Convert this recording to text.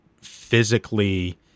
physically